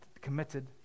committed